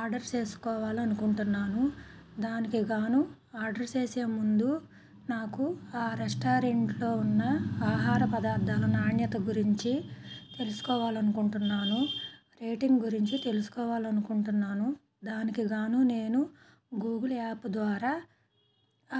order చేసుకోవాలనుకుంటున్నాను దానికి గాను ఆర్డర్ చేసే ముందు నాకు ఆ రెస్టారెంట్లో ఉన్న ఆహార పదార్థాల నాణ్యత గురించి తెలుసుకోవాలనుకుంటున్నాను రేటింగ్ గురించి తెల్సుకోవాలనుకుంటున్నాను దానికిగాను నేను గూగుల్ యాపు ద్వారా